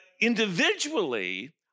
individually